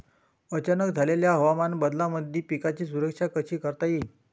अचानक झालेल्या हवामान बदलामंदी पिकाची सुरक्षा कशी करता येईन?